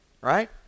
right